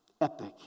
Epic